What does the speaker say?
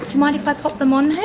mind if i pop them on her?